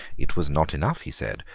it was not enough, he said,